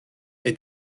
est